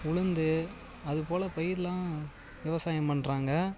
உளுந்து அதுபோல் பயிறெலாம் விவசாயம் பண்ணறாங்க